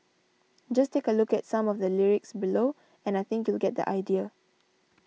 just take a look at some of the lyrics below and I think you'll get the idea